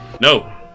No